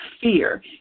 fear